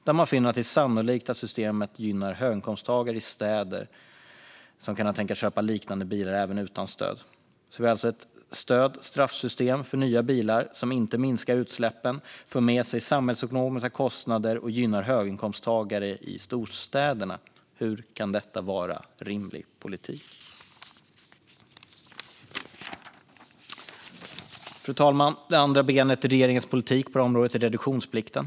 Där finner man att det är sannolikt att systemet gynnar höginkomsttagare i städer som kan tänka sig att köpa liknande bilar även utan stöd. Vi har alltså ett stöd och straffsystem för nya bilar som inte minskar utsläppen, för med sig samhällsekonomiska kostnader och gynnar höginkomsttagare i storstäderna. Hur kan detta vara rimlig politik? Fru talman! Det andra benet i regeringens politik på området är reduktionsplikten.